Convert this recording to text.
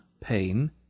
pain